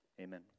Amen